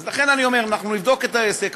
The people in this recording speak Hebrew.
אז לכן אני אומר, אנחנו נבדוק את העסק.